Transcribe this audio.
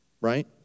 right